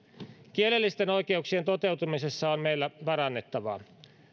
kielellisten oikeuksien toteutumisessa on meillä parannettavaa